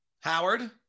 Howard